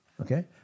Okay